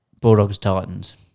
Bulldogs-Titans